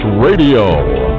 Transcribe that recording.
Radio